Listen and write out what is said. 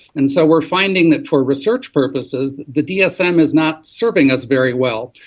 and so we are finding that for research purposes the dsm is not serving us very well.